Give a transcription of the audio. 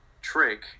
trick